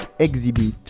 Exhibit